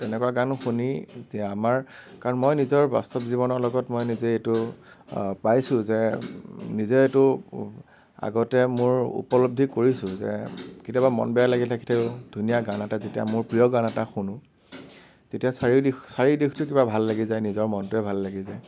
তেনেকুৱা গানো শুনি এতিয়া আমাৰ কাৰণ মই নিজৰ বাস্তৱ জীৱনৰ লগত মই নিজে এইটো পাইছোঁ যে নিজেতো আগতে মোৰ উপলব্ধি কৰিছোঁ যে কেতিয়াবা মন বেয়া লাগি থাকিলেও ধুনীয়া গান এটা যেতিয়া মোৰ প্ৰিয় গান এটা শুনো তেতিয়া চাৰিদিশ চাৰিদিশটো কিবা ভাল লাগি যায় নিজৰ মনটোৱেই ভাল লাগি যায়